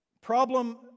problem